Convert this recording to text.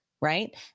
right